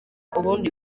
ubundi